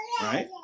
right